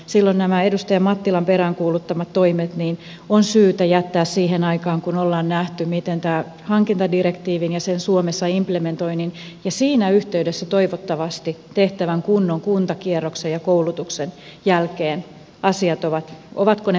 silloin nämä edustaja mattilan peräänkuuluttamat toimet on syytä jättää siihen aikaan kun ollaan nähty miten tämän hankintadirektiivin ja sen suomessa implementoinnin ja siinä yhteydessä toivottavasti tehtävän kunnon kuntakierroksen ja koulutuksen jälkeen asiat ovat ovatko ne parantuneet vai eivät